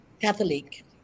catholic